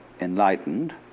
enlightened